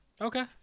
okay